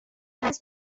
است